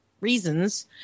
reasons